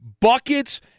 buckets